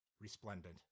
resplendent